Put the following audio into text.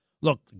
Look